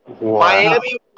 Miami